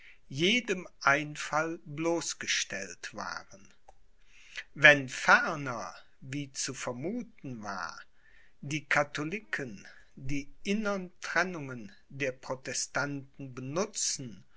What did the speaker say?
jedem einfall bloßgestellt waren wenn ferner wie zu vermuthen war die katholiken die innern trennungen der protestanten benutzen